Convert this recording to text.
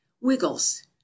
Wiggles